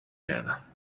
کردم